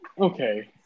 Okay